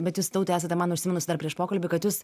bet jūs taute esate man užsiminus dar prieš pokalbį kad jus